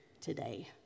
today